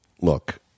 look